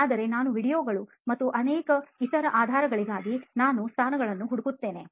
ಆದರೆ ನಾನು ವೀಡಿಯೊಗಳು ಮತ್ತು ಅನೇಕ ಇತರ ಆಧಾರ ಗಳಿಗಾಗಿ ನಾನು ಸ್ಥಾನಗಳನ್ನು ಹುಡುಕುತ್ತೇನೆ